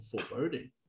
foreboding